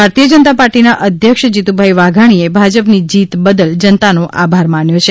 ભારતીય જનતા પાર્ટીના અધ્યક્ષ જીતુભાઇ વાઘાણીએ ભાજપની જીત બદલ જનતાનો આભાર માન્યો છે